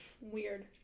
weird